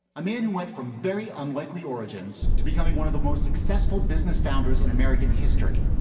a man who went from very unlikely origins to becoming one of the most successful business founders in american history.